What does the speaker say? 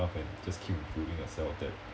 craft and just keep improving yourself that